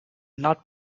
not